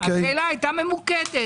השאלה הייתה ממוקדת